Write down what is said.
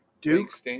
Duke